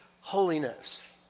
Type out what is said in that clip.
holiness